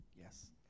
Yes